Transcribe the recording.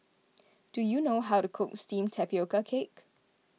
do you know how to cook Steamed Tapioca Cake